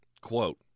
Quote